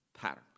pattern